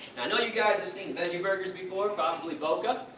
i know you guys have seen veggie burgers before, probably boca.